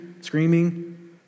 screaming